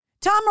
Tom